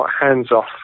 hands-off